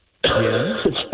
Jim